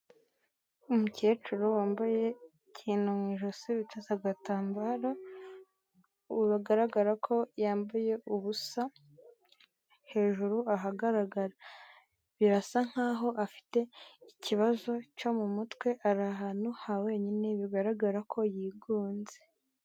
Umukecuru wambaye ikintu mu ijosi wicaza agatambaro, bigaragara ko yambaye ubusa hejuru ahagaragara. Birasa nkaho afite ikibazo cyo mu mutwe ari ahantu ha wenyine bigaragara ko yigunze.